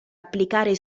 applicare